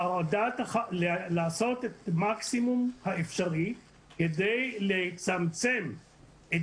לעשות את המקסימום האפשרי כדי לצמצם את